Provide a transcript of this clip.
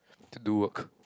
to do work